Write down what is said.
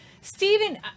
Stephen